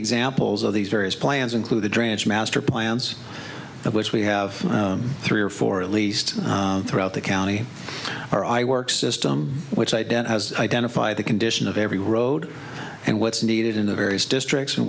examples of these various plans include the drainage master plans of which we have three or four at least throughout the county where i work system which ident has identified the condition of every road and what's needed in the various districts and